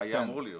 היה אמור להיות.